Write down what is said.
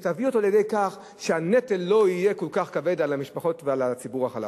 שתביא לידי כך שהנטל לא יהיה כל כך כבד על המשפחות ועל הציבור החלש.